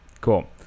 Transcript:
Cool